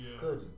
Good